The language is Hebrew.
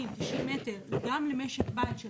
80-90 מטר גם למשק בית של